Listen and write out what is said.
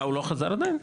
הוא לא חזר עדיין?